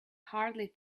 hardly